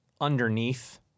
underneath